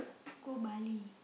go Bali